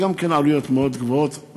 גם זה עלויות מאוד גבוהות,